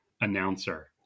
announcer